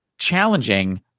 challenging